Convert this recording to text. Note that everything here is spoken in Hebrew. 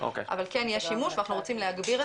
אבל כן יש שימוש ואנחנו רוצים להגביר את